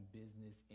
business